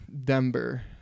denver